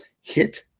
Hit